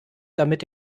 damit